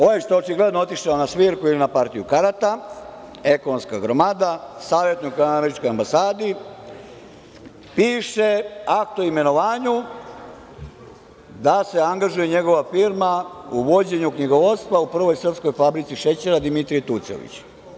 Ovaj što je očigledno otišao na svirku ili na partiju karata, ekonomska gromada, savetnik u … ambasadi, piše akt o imenovanju da se angažuje njegova firma u vođenju knjigovodstva u Prvoj srpskoj fabrici šećera „Dimitrije Tucović“